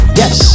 yes